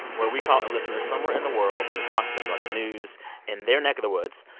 where we call a listener somewhere in the world and talk to them about the news in their neck of the woods.